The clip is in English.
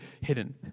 hidden